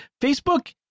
Facebook